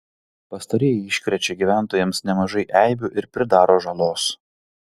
pastarieji iškrečia gyventojams nemažai eibių ir pridaro žalos